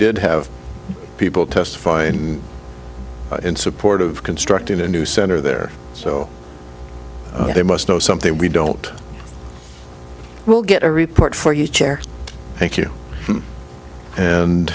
did have people testify and in support of constructing a new center there so they must know something we don't we'll get a report for you chair thank you and